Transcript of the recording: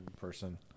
person